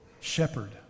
Shepherd